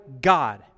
God